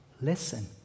Listen